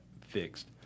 fixed